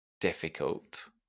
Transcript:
difficult